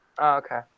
Okay